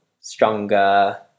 stronger